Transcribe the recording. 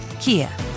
Kia